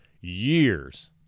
years